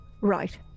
Right